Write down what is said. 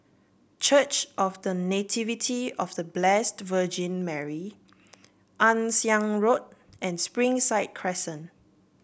Church of The Nativity of The Blessed Virgin Mary Ann Siang Road and Springside Crescent